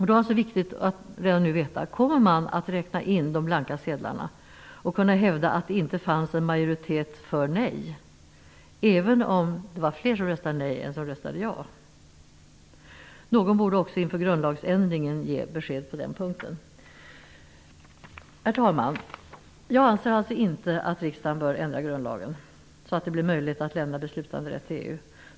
Det är viktigt att redan nu få veta om man kommer att räkna in de blanka sedlarna och hävda att det inte fanns en majoritet för nej, även om det var fler som röstade nej än som röstade ja. Någon borde också inför grundlagsändringen ge besked om den punkten. Herr talman! Jag anser alltså att riksdagen inte bör ändra grundlagen så att det blir möjligt att överlämna beslutanderätt till EU.